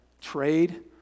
trade